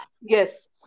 yes